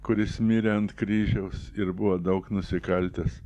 kuris mirė ant kryžiaus ir buvo daug nusikaltęs